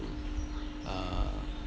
uh